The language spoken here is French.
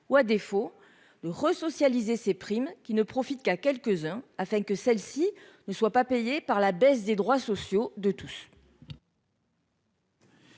ou, à défaut, de resocialiser ces primes, qui ne bénéficient qu'à quelques-uns, afin qu'elles ne soient pas financées par la baisse des droits sociaux de tous.